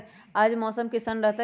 आज मौसम किसान रहतै?